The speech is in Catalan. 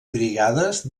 brigades